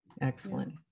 Excellent